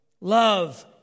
Love